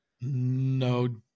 no